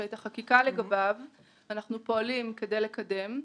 שאת החקיקה לגביו אנחנו פועלים כדי לקדם,